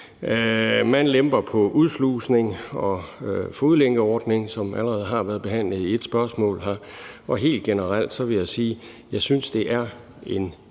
Man lemper på udslusning og fodlænkeordningen, som allerede har været behandlet i et spørgsmål. Helt generelt vil jeg sige, at jeg synes, det er en